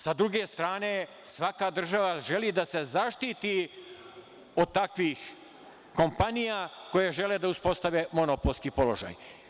Sa druge strane, svaka država želi da se zaštiti od takvih kompanija koje žele da uspostave monopolski položaj.